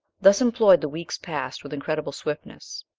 thus employed the weeks passed with incredible swiftness,